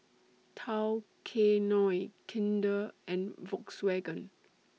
Tao Kae Noi Kinder and Volkswagen